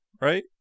right